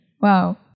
Wow